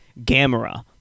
Gamera